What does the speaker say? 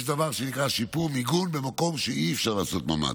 יש דבר שנקרא שיפור מיגון במקום שאי-אפשר לעשות ממ"ד,